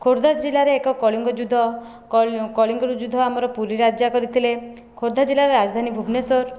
ଖୋର୍ଦ୍ଧା ଜିଲ୍ଲାରେ ଏକ କଳିଙ୍ଗ ଯୁଦ୍ଧ କକଳିଙ୍ଗର ଯୁଦ୍ଧ ଆମର ପୁରୀ ରାଜା କରିଥିଲେ ଖୋର୍ଦ୍ଧା ଜିଲ୍ଲାର ରାଜଧାନୀ ଭୁବନେଶ୍ୱର